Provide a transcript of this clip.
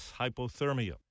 hypothermia